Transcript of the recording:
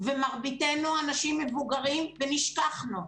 ומרביתנו אנשים מבוגרים, ונשכחנו.